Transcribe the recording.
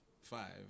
five